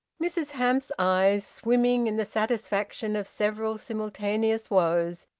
mrs hamps's eyes, swimming in the satisfaction of several simultaneous woes,